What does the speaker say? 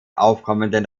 aufkommenden